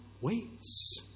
waits